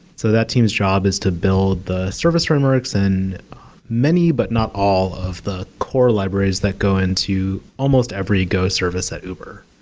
so that team's job is to build the service frameworks, and many, but not all, of the core libraries that go into almost every go service at uber